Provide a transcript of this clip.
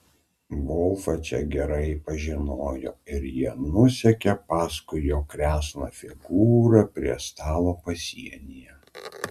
volfą čia gerai pažinojo ir jie nusekė paskui jo kresną figūrą prie stalo pasienyje